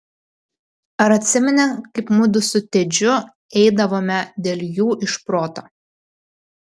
ar atsimeni kaip mudu su tedžiu eidavome dėl jų iš proto